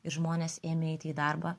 ir žmonės ėmė eiti į darbą